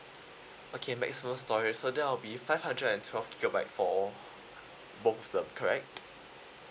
okay maximum storage so that'll be five hundred and twelve gigabyte for both of them correct